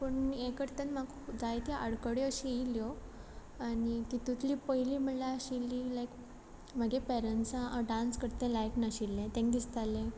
पूण यें करतन म्हाका जायत्यो आडखड्यो अशी येयल्यो आनी तितुतली पयली म्हळ्ळ्या आशिल्ली लायक म्हागे पॅरणसां हांव डांस करत तें लायक नाशिल्लें तांकां दिसतालें